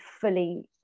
fully